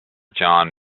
john